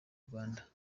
rwanda